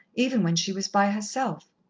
even when she was by herself.